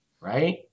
right